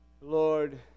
Lord